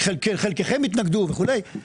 חלקכם התנגד וכולי,